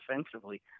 offensively